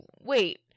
wait